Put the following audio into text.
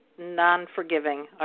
non-forgiving